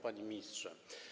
Panie Ministrze!